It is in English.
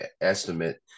estimate